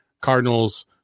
Cardinals